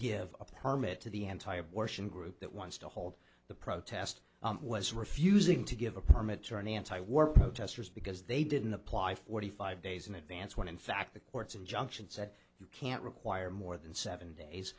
give a permit to the anti abortion group that wants to hold the protest was refusing to give a permit to an anti war protesters because they didn't apply forty five days in advance when in fact the courts injunction said you can't require more than seven days